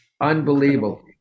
unbelievable